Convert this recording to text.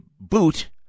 boot